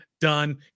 done